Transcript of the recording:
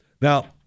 Now